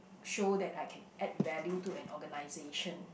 show that I can add value to an organization